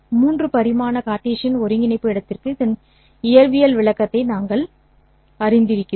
3 பரிமாண கார்ட்டீசியன் ஒருங்கிணைப்பு இடத்திற்கு இதன் இயற்பியல் விளக்கத்தை நாங்கள் அறிந்திருக்கிறோம்